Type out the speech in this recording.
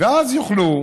ואז יוכלו,